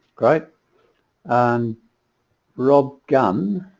right and real gun